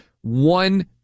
one